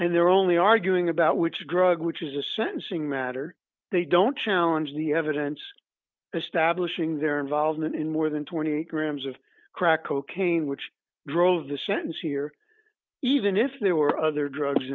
and they're only arguing about which drug which is a sentencing matter they don't challenge the evidence establishing their involvement in more than twenty grams of crack cocaine which drove the sentence here even if there were other drugs